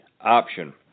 option